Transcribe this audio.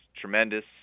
tremendous